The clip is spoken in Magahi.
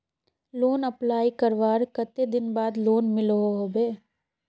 लोन अप्लाई करवार कते दिन बाद लोन मिलोहो होबे?